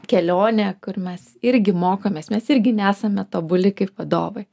kelionė kur mes irgi mokomės mes irgi nesame tobuli kaip vadovai